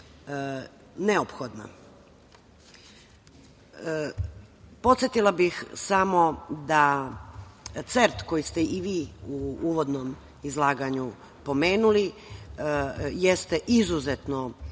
neophodna. Podsetila bih samo da CERT, koji ste i vi u uvodnom izlaganju pomenuli, jeste izuzetno